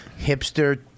hipster